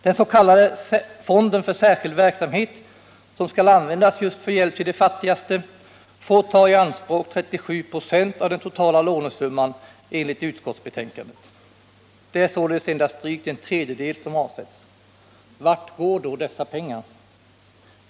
Den s.k. fonden för särskild verksamhet, som skall användas för just hjälp till de fattigaste, får enligt utskottet ta i anspråk 37 96 av den totala lånesumman. Det är således endast drygt en tredjedel som avsätts. Vart går då dessa pengar?